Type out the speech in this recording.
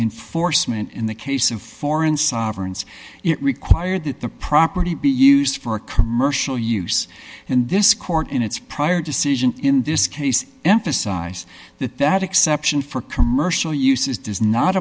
enforcement in the case of foreign sovereigns it require that the property be used for commercial use and this court in its prior decision in this case emphasized that that exception for commercial uses does not